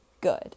good